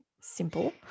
simple